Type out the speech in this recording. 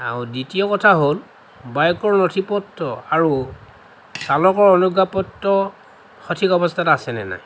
আৰু দ্বিতীয় কথা হ'ল বাইকৰ নথি পত্ৰ আৰু চালকৰ অনুজ্ঞাপত্ৰ সঠিক অৱস্থাত আছেনে নাই